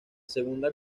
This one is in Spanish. segunda